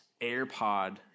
AirPod